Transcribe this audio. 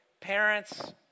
parents